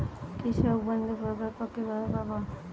কৃষকবন্ধু প্রকল্প কিভাবে পাব?